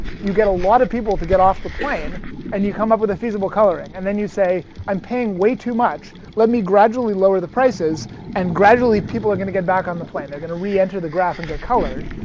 you get a lot of people to get off the plane and you come up with a feasible coloring. and then you say i'm paying way too much. let me gradually lower the prices and gradually people are going to get back on the plane. they are going to re-enter the graph and get colored,